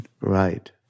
Right